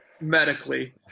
medically